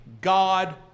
God